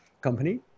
company